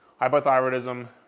hypothyroidism